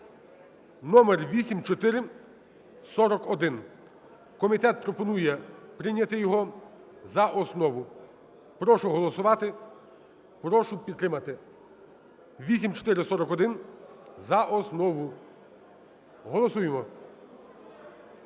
(№ 8441). Комітет пропонує прийняти його за основу. Прошу голосувати, прошу підтримати 8441 за основу. Голосуємо.